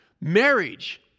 Marriage